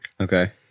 Okay